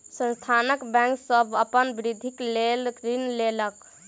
संस्थान बैंक सॅ अपन वृद्धिक लेल ऋण लेलक